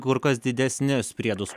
kur kas didesnius priedus